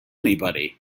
anybody